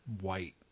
white